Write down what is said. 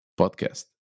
podcast